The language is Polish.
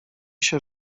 się